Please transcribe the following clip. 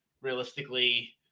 realistically